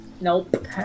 Nope